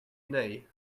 nay